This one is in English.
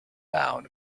down